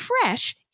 fresh